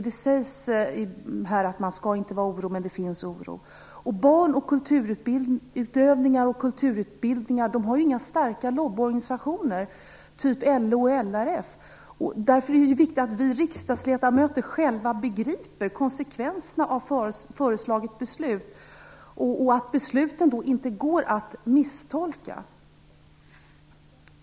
Det sägs att man inte skall vara orolig, men det finns en stark oro. För barn, kulturutövare och kulturutbildningar finns inga starka lobbyorganisationer, som LO och LRF. Därför är det viktigt att vi riksdagsledamöter själva begriper konsekvenserna av föreslagna beslut och ser till att besluten inte går att misstolka.